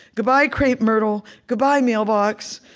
goodbye, crepe myrtle. goodbye, mailbox.